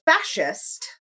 fascist